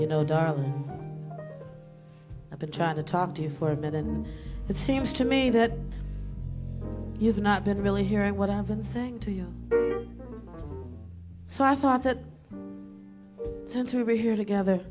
you know darling i've been trying to talk to you for a bit and it seems to me that you've not been really hearing what i've been saying to you so i thought that since we were here together